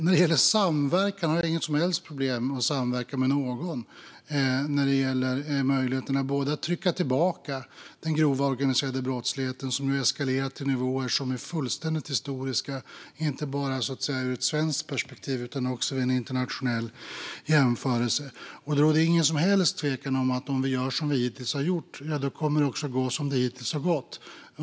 När det gäller samverkan har jag inga som helst problem att samverka med någon när det handlar om möjligheterna att trycka tillbaka den grova organiserade brottsligheten, som nu eskalerat till nivåer som är fullständigt historiska inte bara ur ett svenskt perspektiv utan också vid en internationell jämförelse. Det råder ingen som helst tvekan om att det, om vi gör som vi hittills har gjort, också kommer att gå som det hittills har gått.